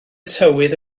tywydd